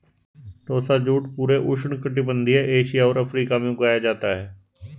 टोसा jute पूरे उष्णकटिबंधीय Asia और अफ्रीका में उगाया जाता है